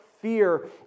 fear